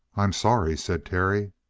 i'm sorry, said terry.